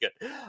good